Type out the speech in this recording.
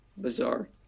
Bizarre